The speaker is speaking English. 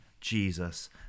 Jesus